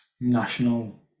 national